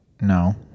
No